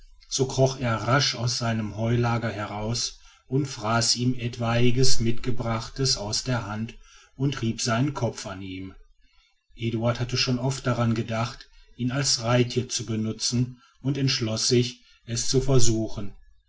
so kroch er rasch aus seinem heulager heraus und fraß ihm etwaiges mitgebrachtes aus der hand und rieb seinen kopf an ihm eduard hatte schon oft daran gedacht ihn als reittier zu benützen und entschloß sich es zu versuchen